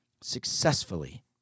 successfully